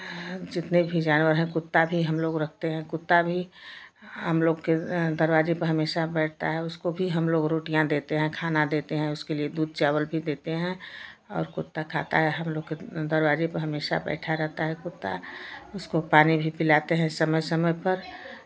जितने भी जानवर हैं कुत्ता भी हमलोग रखते हैं कुत्ता भी हमलोग के दरवाजे पर हमेशा बैठता है उसको भी हमलोग रोटियाँ देते हैं खाना देते हैं उसके लिये दूध चावल भी देते हैं और कुत्ता खाता है हमलोग के दरवाजे पर हमेशा बैठा रहता है कुत्ता उसको पानी भी पिलाते हैं समय समय पर